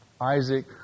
Isaac